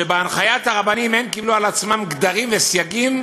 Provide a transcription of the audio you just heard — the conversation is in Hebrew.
שבהנחיית הרבנים קיבלו על עצמם גדרים וסייגים,